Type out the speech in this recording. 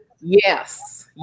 Yes